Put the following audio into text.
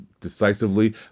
decisively